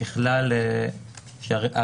מתקיימות נסיבות המצדיקות אחרת,